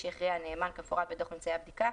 שהכריע הנאמן כמפורט בדוח ממצאי הבדיקה,